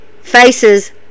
faces